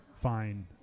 fine